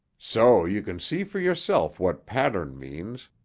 so you can see for yourself what pattern means,